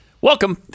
Welcome